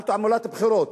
על תעמולת הבחירות.